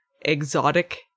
exotic